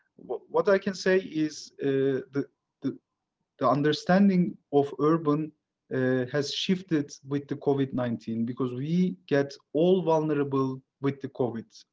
what what i can say is ah that the the understanding of urban has shifted with the covid nineteen because we get all vulnerable with the covid.